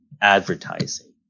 advertising